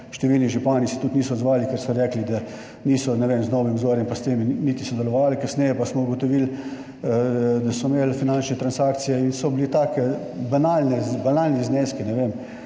Številni župani se tudi niso odzvali, ker so rekli, da niso, ne vem, z Novimi obzorji pa s temi niti sodelovali, kasneje pa smo ugotovili, da so imeli finančne transakcije in so bili taki banalni zneski,